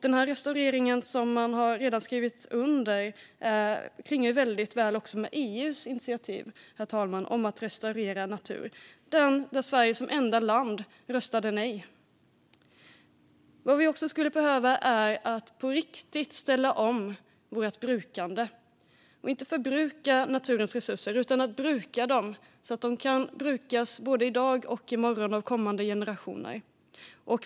Denna restaurering, som man redan har skrivit under på, klingar också väldigt väl tillsammans med EU:s initiativ om att restaurera natur. Där röstade Sverige som enda land nej. Vad vi också skulle behöva är att på riktigt ställa om vårt brukande och inte förbruka naturens resurser utan bruka dem, så att de kan brukas både i dag och i morgon av kommande generationer.